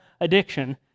addiction